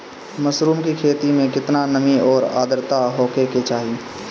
Mushroom की खेती में केतना नमी और आद्रता होखे के चाही?